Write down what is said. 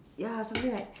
ya something like